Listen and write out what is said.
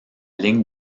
ligne